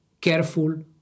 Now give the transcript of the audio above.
careful